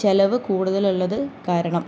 ചെലവ് കൂടുതലുള്ളത് കാരണം